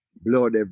blood